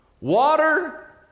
water